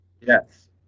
Yes